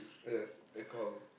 yes I call